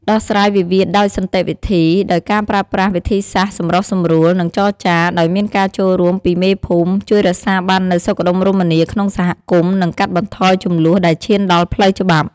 ដោះស្រាយវិវាទដោយសន្តិវិធី ដោយការប្រើប្រាស់វិធីសាស្រ្តសម្រុះសម្រួល និងចរចា ដោយមានការចូលរួមពីមេភូមិ ជួយរក្សាបាននូវសុខដុមរមនាក្នុងសហគមន៍ និងកាត់បន្ថយជម្លោះដែលឈានដល់ផ្លូវច្បាប់។